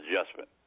adjustment